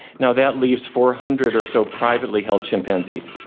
now, that leaves four hundred or so privately held chimpanzees.